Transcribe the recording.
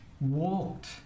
walked